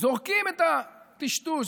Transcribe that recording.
זורקים את הטשטוש.